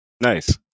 Nice